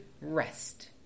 rest